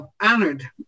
Honored